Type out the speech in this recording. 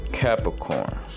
Capricorn